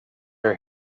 her